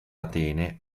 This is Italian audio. atene